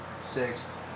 Sixth